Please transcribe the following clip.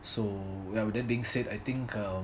so ya with that being said I think uh